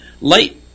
light